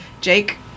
Jake